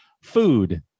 food